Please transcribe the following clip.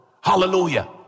Hallelujah